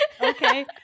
okay